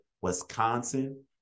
Wisconsin